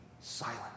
silent